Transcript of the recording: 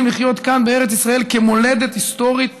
לחיות כאן בארץ ישראל כמולדת היסטורית תנ"כית,